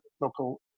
local